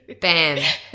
Bam